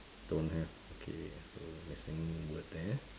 don't have okay so a missing word there